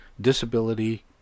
Disability